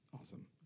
Awesome